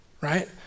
right